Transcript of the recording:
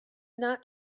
not